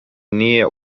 near